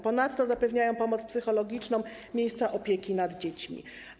Ponadto zapewniają pomoc psychologiczną, miejsca opieki nad dziećmi.